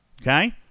Okay